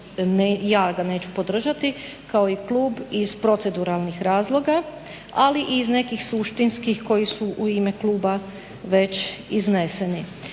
ja ga neću podržati kao i klub iz proceduralnih razloga, ali i iz nekih suštinskih koji su u ime kluba već izneseni.